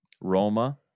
Roma